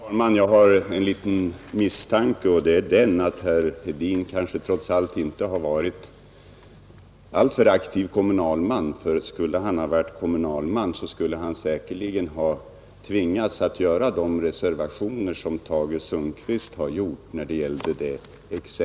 Fru talman! Jag har en liten misstanke, nämligen att herr Hedin kanske trots allt inte har varit en alltför aktiv kommunalman, ty i så fall skulle säkerligen hans erfarenhet ha tvingat honom att göra samma reservationer som Tage Sundkvist gjorde.